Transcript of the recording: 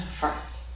first